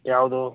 ಯಾವ್ದು